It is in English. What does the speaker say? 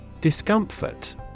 Discomfort